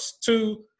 two